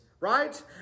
Right